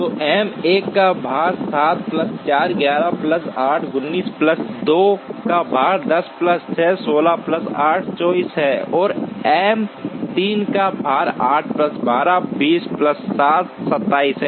तो एम 1 का भार 7 प्लस 4 11 प्लस 8 19 एम 2 का भार 10 प्लस 6 16 प्लस 8 24 है और एम 3 का भार 8 प्लस 12 20 प्लस 7 27 है